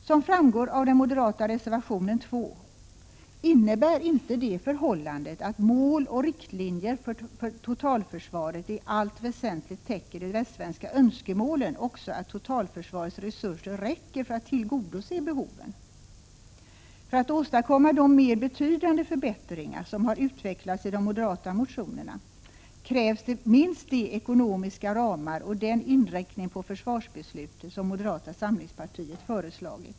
Som framgår av den moderata reservationen 2 innebär inte det förhållandet att mål och riktlinjer för totalförsvaret i allt väsentligt täcker de västsvenska önskemålen också att totalförsvarets resurser räcker för att tillgodose behoven. För att åstadkomma de mer betydande förbättringar som har utvecklats i de moderata motionerna krävs minst de ekonomiska ramar och den inriktning på försvarsbeslutet som moderata samlingspartiet föreslagit.